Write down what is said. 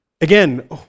Again